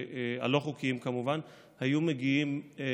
הלא-חוקיים, כמובן, היו מגיעים מצה"ל.